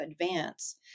advance